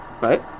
right